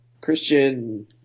Christian